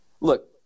Look